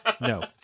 no